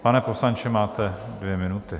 Pane poslanče, máte dvě minuty.